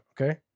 Okay